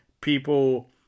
people